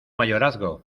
mayorazgo